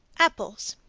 apples.